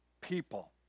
people